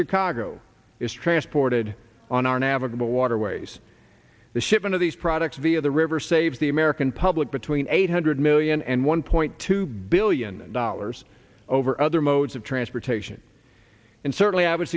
chicago is transported on our navigable waterways the shipment of these products via the river saves the american public between eight hundred million and one point two billion dollars over other modes of transportation and certainly i would